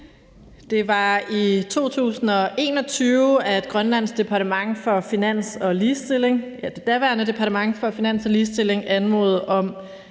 Det var i 2021, Grønlands daværende departement for finans og ligestilling anmodede om,